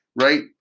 right